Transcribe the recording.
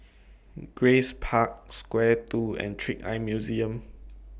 Grace Park Square two and Trick Eye Museum